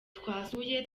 twasuye